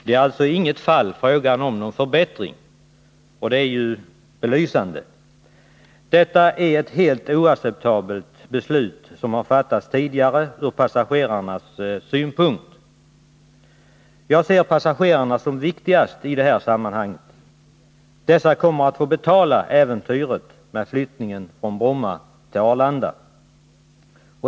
Det är alltså inte i något fall fråga om en förbättring. Från passagerarnas synpunkt är det tidigare fattade beslutet helt oacceptabelt. Jag ser passagerarna som viktigast i sammanhanget. De kommer att få betala äventyret med flyttningen från Bromma till Arlanda.